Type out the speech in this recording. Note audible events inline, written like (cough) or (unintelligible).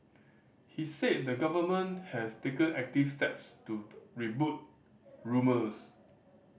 he said the Government has taken active steps to (unintelligible) rebut rumours